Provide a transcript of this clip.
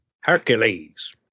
Hercules